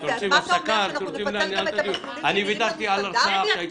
אז מה אתה אומר שאנחנו נפצל גם את המסלולים שנראים לנו סטנדרטים?